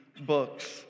books